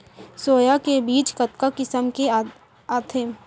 Soya के बीज कतका किसम के आथे?